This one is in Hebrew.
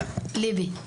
ליבי.